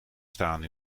staan